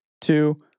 two